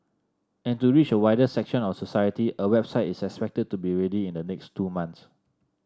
and to reach a wider section of society a website is expected to be ready in the next two months